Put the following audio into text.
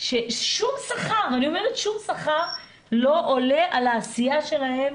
ששום שכר לא עולה על העשייה שלהם,